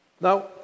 Now